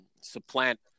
supplant